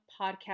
podcast